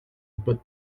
but